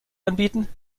anbieten